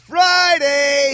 Friday